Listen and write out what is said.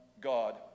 God